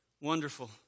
wonderful